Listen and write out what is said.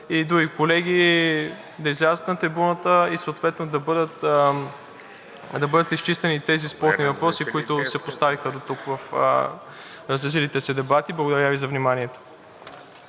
и други колеги да излязат на трибуната и съответно да бъдат изчистени тези спорни въпроси, които се поставиха дотук в разразилите се дебати. Благодаря Ви за вниманието.